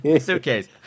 Suitcase